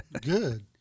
Good